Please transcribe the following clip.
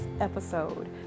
episode